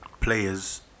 players